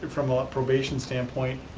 from a probation standpoint,